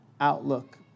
outlook